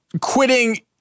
quitting